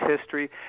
history